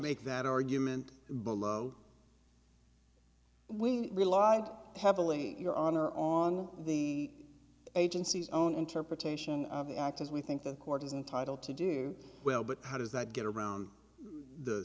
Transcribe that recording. make that argument below we relied heavily your honor on the agency's own interpretation of the act as we think the court is entitle to do well but how does that get around the